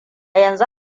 yanzu